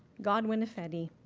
godwin ifedi,